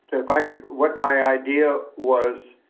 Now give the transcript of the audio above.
if i could what my idea was,